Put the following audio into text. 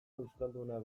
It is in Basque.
euskalduna